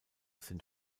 sind